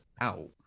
out